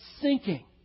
sinking